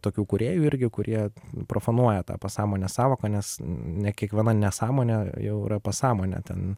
tokių kūrėjų irgi kurie profanuoja tą pasąmonės sąvoką nes ne kiekviena nesąmonė jau yra pasąmonė ten